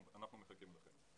אנחנו מחכים לכם.